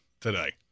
today